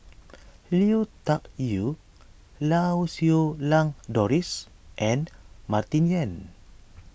Lui Tuck Yew Lau Siew Lang Doris and Martin Yan